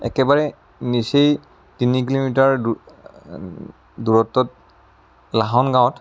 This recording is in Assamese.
একেবাৰে নিচেই তিনি কিলোমিটাৰ দূৰত্বত লাহন গাৱঁত